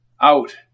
Out